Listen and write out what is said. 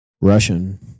Russian